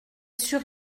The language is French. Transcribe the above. sûr